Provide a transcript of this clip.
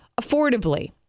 affordably